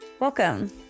Welcome